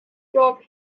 drove